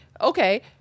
Okay